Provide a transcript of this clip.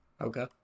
Okay